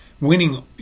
Winning